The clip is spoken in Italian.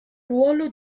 ruolo